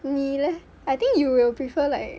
你 leh I think you will prefer like